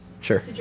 Sure